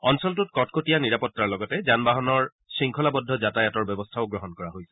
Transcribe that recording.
অঞ্চলটোত কটকটীয়া নিৰাপত্তাৰ লগতে যানবাহনৰ শৃংখলাবদ্ধ যাতায়াতৰ ব্যৱস্থাও গ্ৰহণ কৰা হৈছে